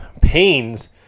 pains